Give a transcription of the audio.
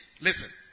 listen